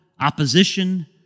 opposition